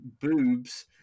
boobs